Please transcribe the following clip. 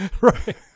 right